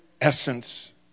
essence